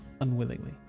unwillingly